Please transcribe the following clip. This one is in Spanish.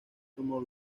como